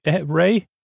Ray